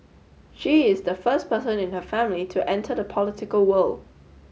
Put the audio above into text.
she is the first person in her family to enter the political world